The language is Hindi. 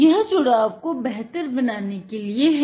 यह जुड़ाव को बेहतर बनाने के लिए है